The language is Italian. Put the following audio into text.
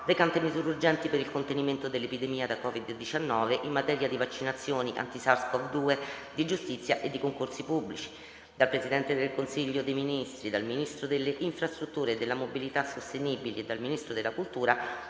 recante misure urgenti per il contenimento dell’epidemia da COVID-19, in materia di vaccinazioni anti SARS-CoV-2, di giustizia e di concorsi pubblici» (2167). dal Presidente del Consiglio dei ministri e dai Ministri delle infra- strutture e della mobilità sostenibili; e della cultura